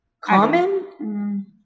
Common